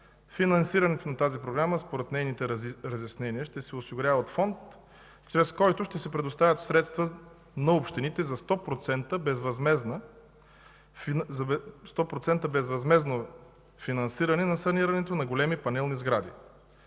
Финансирането на тази Програма, според нейните разяснения, ще се осигурява от фонд, чрез който ще се предоставят средства на общините за 100% безвъзмездно финансиране на санирането на големи панелни сгради.